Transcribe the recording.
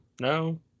no